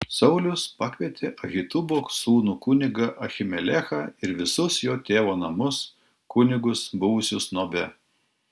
saulius pakvietė ahitubo sūnų kunigą ahimelechą ir visus jo tėvo namus kunigus buvusius nobe